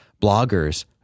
bloggers